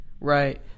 right